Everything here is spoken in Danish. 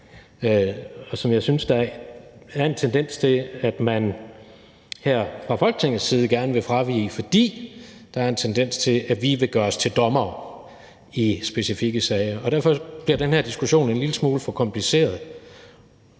og som jeg synes der er en tendens til at man her fra Folketingets side gerne vil fravige, fordi der er en tendens til, at vi vil gøre os til dommere i specifikke sager. Og derfor bliver den her diskussion en lille smule for kompliceret